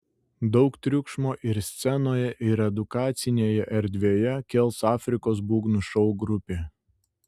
daug triukšmo ir scenoje ir edukacinėje erdvėje kels afrikos būgnų šou grupė